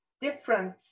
different